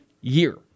year